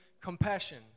compassion